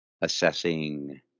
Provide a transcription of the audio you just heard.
assessing